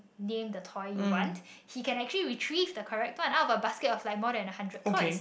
name the toy you want he can actually retrieve the correct toy out of a basket of like more than a hundred toys